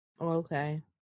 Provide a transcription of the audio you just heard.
Okay